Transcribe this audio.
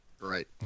Right